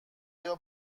ایا